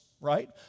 right